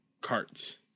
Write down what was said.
carts